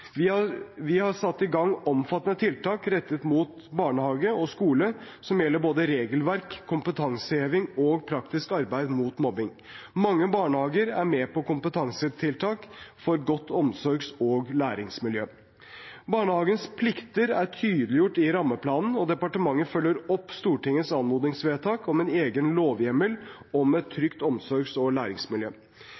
Vi har satt i gang omfattende tiltak rettet mot barnehage og skole, som gjelder både regelverk, kompetanseheving og praktisk arbeid mot mobbing. Mange barnehager er med på kompetansetiltak for et godt omsorgs- og læringsmiljø. Barnehagens plikter er tydeliggjort i rammeplanen, og departementet følger opp Stortingets anmodningsvedtak om egen lovhjemmel om et